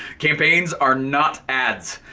campaigns are not ads.